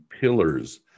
pillars